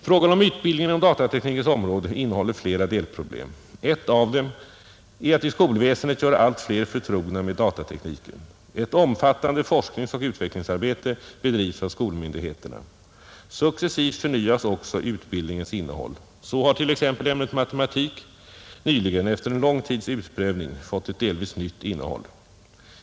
Frågan om utbildningen inom datateknikens område innehåller flera delproblem. Ett av dem är att i skolväsendet göra allt fler förtrogna med datatekniken. Ett omfattande forskningsoch utvecklingsarbete bedrivs av skolmyndigheterna. Successivt förnyas också utbildningens innehåll. Så har t.ex. ämnet matematik nyligen, efter en lång tids utprövning, fått ett delvis nytt innehåll.